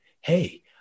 hey